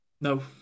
no